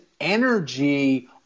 energy